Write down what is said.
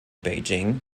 beijing